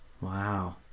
Wow